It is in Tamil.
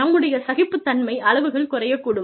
நம்முடைய சகிப்புத்தன்மை அளவுகள் குறையக்கூடும்